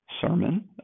sermon